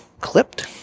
clipped